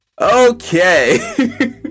okay